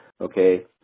okay